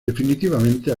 definitivamente